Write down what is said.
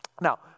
Now